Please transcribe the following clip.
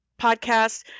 podcast